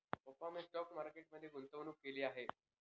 पप्पा मी stock market मध्ये गुंतवणूक केली आहे